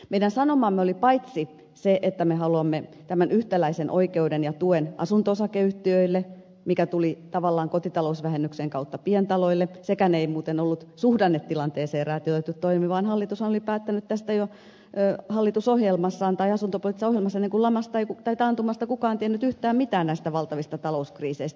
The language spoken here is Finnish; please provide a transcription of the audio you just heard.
meidän sanomamme oli ensinnäkin se että me haluamme tämän yhtäläisen oikeuden ja tuen asunto osakeyhtiöille mikä tuli tavallaan kotitalousvähennyksen kautta pientaloille sekään ei muuten ollut suhdannetilanteeseen räätälöity toimi vaan hallitushan oli päättänyt tästä jo asuntopoliittisessa ohjelmassaan ennen kuin lamasta tai taantumasta kukaan tiesi yhtään mitään näistä valtavista talouskriiseistä